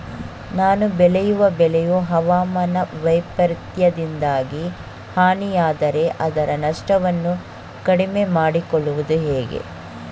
ನಾನು ಬೆಳೆಯುವ ಬೆಳೆಯು ಹವಾಮಾನ ವೈಫರಿತ್ಯದಿಂದಾಗಿ ಹಾನಿಯಾದರೆ ಅದರ ನಷ್ಟವನ್ನು ಕಡಿಮೆ ಮಾಡಿಕೊಳ್ಳುವುದು ಹೇಗೆ?